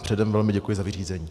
Předem velmi děkuji za vyřízení.